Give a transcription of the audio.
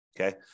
Okay